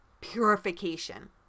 purification